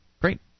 Great